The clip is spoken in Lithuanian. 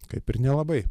kaip ir nelabai